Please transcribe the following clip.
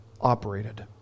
operated